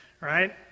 right